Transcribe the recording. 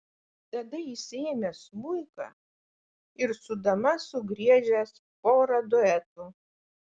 tada išsiėmęs smuiką ir su dama sugriežęs porą duetų